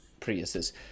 Priuses